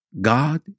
God